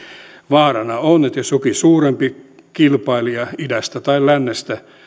vaarana on että jos jokin suurempi kilpailija idästä tai lännestä